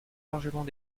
largement